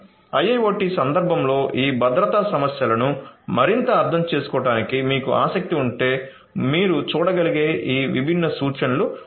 IIoT సందర్భంలో ఈ భద్రతా సమస్యలను మరింతగా అర్థం చేసుకోవడానికి మీకు ఆసక్తి ఉంటే మీరు చూడగలిగే ఈ విభిన్న సూచనలు ఇవి